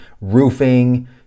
roofing